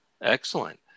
Excellent